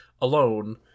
alone